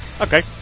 Okay